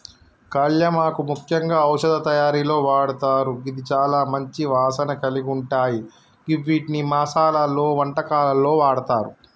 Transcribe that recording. కళ్యామాకు ముఖ్యంగా ఔషధ తయారీలో వాడతారు గిది చాల మంచి వాసన కలిగుంటాయ గివ్విటిని మసాలలో, వంటకాల్లో వాడతారు